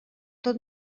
tot